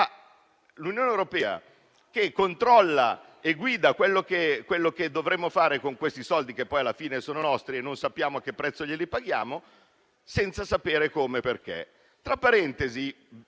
all'Unione europea, che controlla e guida quello che dovremmo fare con questi soldi, che poi alla fine sono nostri e non sappiamo a che prezzo li paghiamo, senza sapere come e perché. Tra parentesi